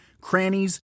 crannies